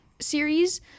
series